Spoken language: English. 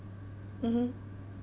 mmhmm